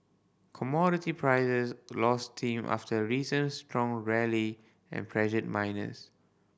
commodity prices lost steam after a recent strong rally and pressured miners